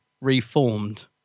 reformed